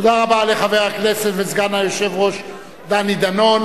תודה רבה לחבר הכנסת וסגן היושב-ראש דני דנון.